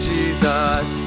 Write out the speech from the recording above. Jesus